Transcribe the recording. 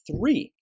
three